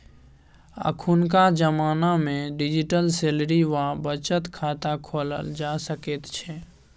अखुनका जमानामे digital salary वा बचत खाता खोलल जा सकैत छै